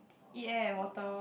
eat air and water loh